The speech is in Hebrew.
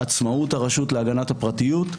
עצמאות הרשות להגנת הפרטיות,